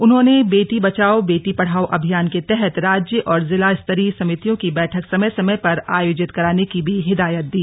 उन्होंने बेटी बचाओ बेटी पढ़ाओ अभियान के तहत राज्य और जिला स्तरीय समितियों की बैठक समय समय पर आयोजित कराने की भी हिदायत दी